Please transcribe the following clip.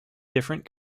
different